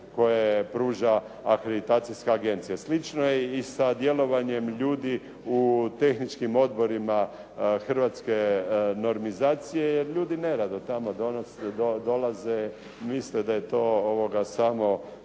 koje pruža akreditacijska agencija. Slično je i sa djelovanjem ljudi u tehničkim odborima Hrvatske normizacije jer ljudi neradno tamo dolaze, misle da je to samo